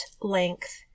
length